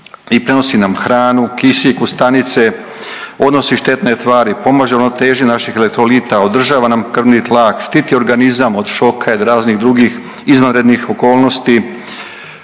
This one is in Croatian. i prenosi nam hranu, kisik u stanice odnosi štetne tvari, pomaže u ravnoteži naših elektrolita, održava nam krvni tlak, štiti organizam od šoka i raznih drugih izvanrednih okolnosti.